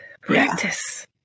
Practice